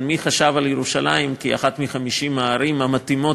מי חשב על ירושלים כאחת מ-50 הערים המתאימות